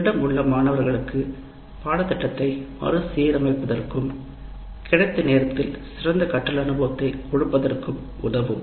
உங்களிடம் உள்ள மாணவர்களுக்கு பாடத்திட்டத்தை மறுசீரமைப்பு தற்கும் கிடைத்த நேரத்தில் சிறந்த கற்றல் அனுபவத்தை கொடுப்பதற்கும் உதவும்